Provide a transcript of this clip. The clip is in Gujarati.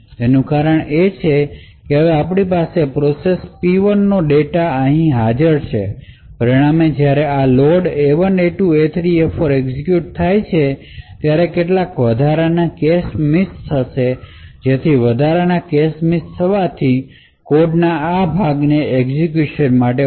તેનું કારણ એ છે કે હવે આપણી પાસે પ્રોસેસ પી 1 નો ડેટા અહીં હાજર છે પરિણામે જ્યારે આ લોડ A1 A2 A3 અને A4 એક્ઝેક્યુટ થાય છે ત્યારે કેટલાક વધારાના કેશ મિસ થશે જેથી વધારાના કેશ મિસ થવાથી કોડના આ ભાગ માટે એક્ઝેક્યુશન સમય વધશે